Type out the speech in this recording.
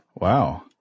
Wow